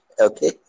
Okay